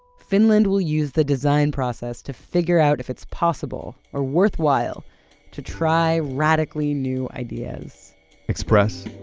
finland will use the design process to figure out if it's possible or worthwhile to try radically new ideas express,